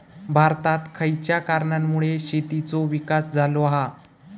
भारतात खयच्या कारणांमुळे शेतीचो विकास झालो हा?